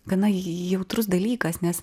gana jautrus dalykas nes